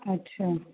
ਅੱਛਾ